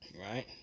right